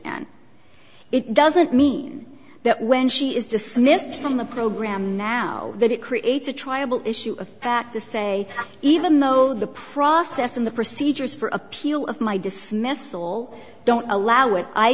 and it doesn't mean that when she is dismissed from the program now that it creates a triable issue of fact to say even though the process in the procedures for appeal of my dismissal don't allow it i